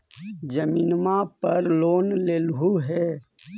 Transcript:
जमीनवा पर लोन लेलहु हे?